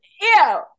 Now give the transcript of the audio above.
Ew